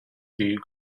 biju